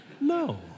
No